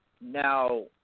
now